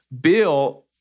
Bill